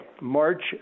March